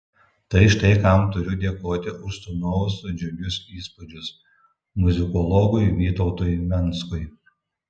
tai štai kam turiu dėkoti už sūnaus džiugius įspūdžius muzikologui vytautui venckui